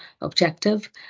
objective